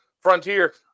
Frontier